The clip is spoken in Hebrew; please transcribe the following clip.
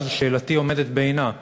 ואז שאלתי עומדת בעינה: